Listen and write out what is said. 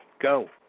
go